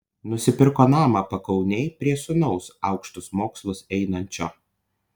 nusipirko namą pakaunėj prie sūnaus aukštus mokslus einančio